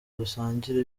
dusangire